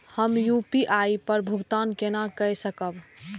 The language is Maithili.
हम यू.पी.आई पर भुगतान केना कई सकब?